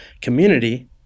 community